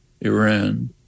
Iran